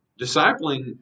discipling